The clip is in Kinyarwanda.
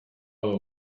aba